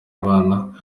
abana